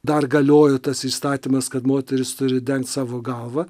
dar galiojo tas įstatymas kad moterys turi dengt savo galvą